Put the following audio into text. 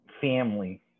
family